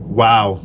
wow